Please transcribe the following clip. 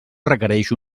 requereix